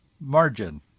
margin